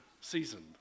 seasoned